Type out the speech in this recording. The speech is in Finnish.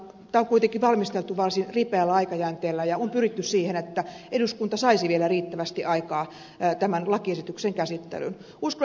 tämä on kuitenkin valmisteltu varsin ripeällä aikajänteellä ja on pyritty siihen että eduskunta saisi vielä riittävästi aikaa tämän lakiesityksen käsittelyyn